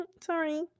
sorry